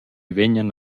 vegnan